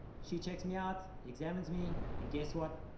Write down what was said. she checks me out examines me. and guess what?